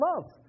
love